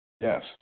Yes